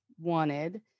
wanted